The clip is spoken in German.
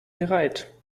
bereit